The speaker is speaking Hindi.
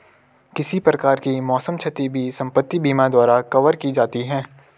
किसी प्रकार की मौसम क्षति भी संपत्ति बीमा द्वारा कवर की जाती है